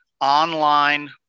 online